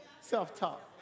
Self-talk